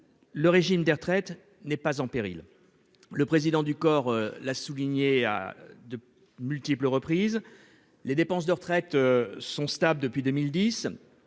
Le régime des retraites n'est pas en péril. Le président du corps l'a souligné à de multiples reprises les dépenses de retraites sont stables depuis 2010.